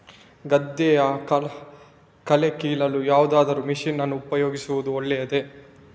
ಗದ್ದೆಯ ಕಳೆ ಕೀಳಲು ಯಾವುದಾದರೂ ಮಷೀನ್ ಅನ್ನು ಉಪಯೋಗಿಸುವುದು ಒಳ್ಳೆಯದೇ?